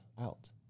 out